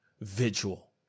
vigil